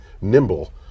nimble